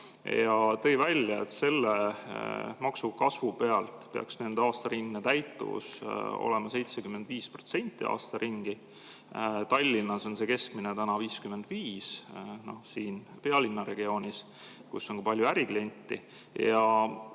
ja tõi välja, et selle maksukasvu pealt peaks nende aastaringne täituvus olema 75% – Tallinnas on see keskmine täna 55%, siin pealinna regioonis, kus on palju ärikliente